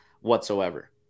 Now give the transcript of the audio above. whatsoever